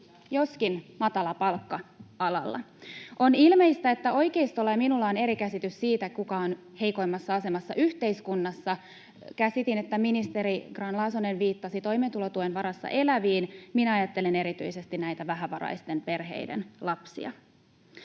joskin matalapalkka-alalla. On ilmeistä, että oikeistolla ja minulla on eri käsitys siitä, kuka on heikoimmassa asemassa yhteiskunnassa. Käsitin, että ministeri Grahn-Laasonen viittasi toimeentulotuen varassa eläviin. Minä ajattelen erityisesti näitä vähävaraisten perheiden lapsia.